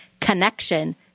connection